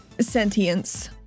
sentience